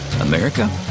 America